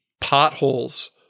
potholes